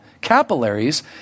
Capillaries